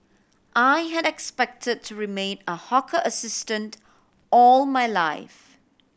I had expected to remain a hawker assistant all my life